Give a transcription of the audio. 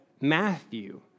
Matthew